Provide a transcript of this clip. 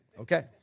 Okay